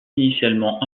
initialement